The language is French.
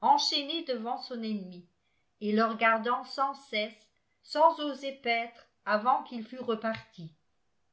enchaîné devant son ennemi et le regardant sans cesse sans oser paître avant qu'il fût reparti